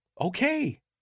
Okay